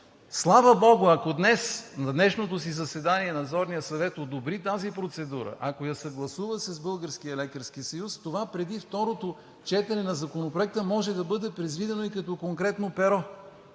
Слава богу, ако днес на днешното си заседание Надзорният съвет одобри тази процедура, ако я съгласува с Българския лекарски съюз – това преди второто четене на Законопроекта, може да бъде предвидено и като конкретно перо.